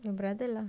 your brother lah